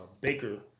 Baker